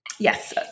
Yes